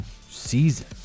season